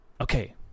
okay